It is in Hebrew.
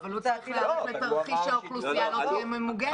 אבל הוא צריך להיערך לתרחיש שהאוכלוסייה לא תהיה ממוגנת.